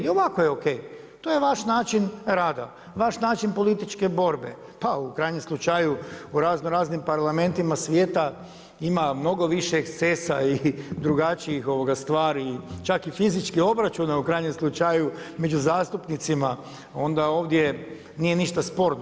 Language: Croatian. I ovako je ok, to je vaš način rada, vaš način političke borbe, pa u krajnjem slučaju u raznoraznim parlamentima svijeta ima mnogo više ekscesa i drugačijih stvari, čak i fizičkih obračuna u krajnjem slučaju među zastupnica onda ovdje nije ništa sporno.